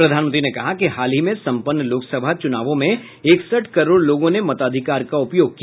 प्रधानमंत्री ने कहा कि हाल ही में सम्पन्न लोकसभा चूनावों में इकसठ करोड़ लोगों ने मताधिकार का उपयोग किया